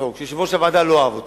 שיושב-ראש הוועדה לא אהב אותן,